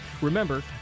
Remember